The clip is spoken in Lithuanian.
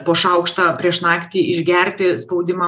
po šaukštą prieš naktį išgerti spaudimą